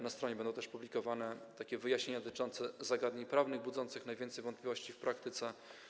Na stronie będą też publikowane wyjaśnienia dotyczące zagadnień prawnych budzących najwięcej wątpliwości w praktyce.